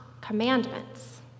commandments